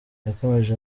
yakomeje